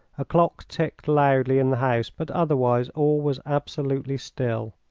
a clock ticked loudly in the house, but otherwise all was absolutely still.